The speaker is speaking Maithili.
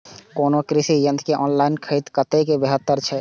कोनो कृषि यंत्र के ऑनलाइन खरीद कतेक बेहतर छै?